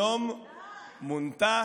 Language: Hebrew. היום מונתה